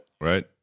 Right